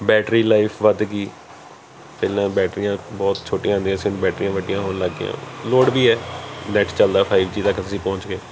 battery life ਵੱਧ ਗਈ ਪਹਿਲਾਂ ਬੈਟਰੀਆਂ ਬਹੁਤ ਛੋਟੀਆਂ ਹੁੰਦੀਆਂ ਸਨ ਬੈਟਰੀਆਂ ਵੱਡੀਆਂ ਹੋਣ ਲੱਗ ਗਈਆਂ ਲੋੜ ਵੀ ਹੈ ਨੈਟ ਚਲਦਾ ਫਾਈਵ ਜੀ ਤੱਕ ਅਸੀਂ ਪਹੁੰਚ ਗਏ